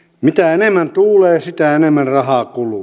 mitä enemmän tuulee sitä enemmän rahaa kuluu